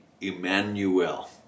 Emmanuel